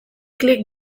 klik